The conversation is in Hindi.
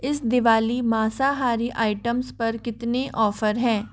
इस दिवाली मासाहारी आइटम्स पर कितने ऑफर हैं